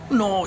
no